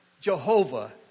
Jehovah